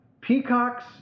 Peacocks